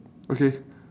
okay